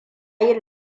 yin